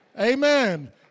Amen